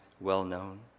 well-known